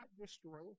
destroy